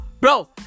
bro